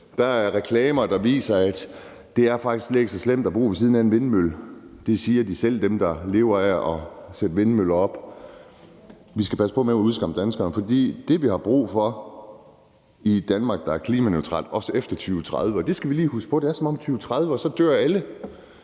Der er reklamer, der viser, at det faktisk slet ikke er så slemt at bo ved siden af en vindmølle. Det siger dem, der lever af at sætte vindmøller op, selv. Vi skal passe på med at udskamme danskerne, for vi har brug for et Danmark, der er klimaneutralt, også efter 2030. Vi skal lige huske på, at det er, som at efter 2030 er alle